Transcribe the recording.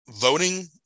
voting